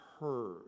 heard